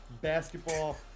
basketball